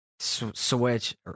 switch